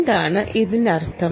എന്താണ് ഇതിനർത്ഥം